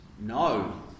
No